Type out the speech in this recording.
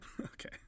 Okay